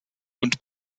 und